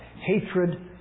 hatred